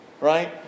right